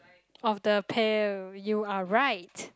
of the pail you are right